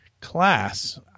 Class